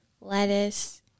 lettuce